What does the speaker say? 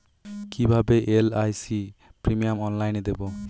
কিভাবে LIC premium অনলাইনে দেবো?